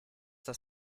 das